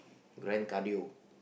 grand cardio